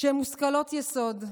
שהם מושכלות יסוד,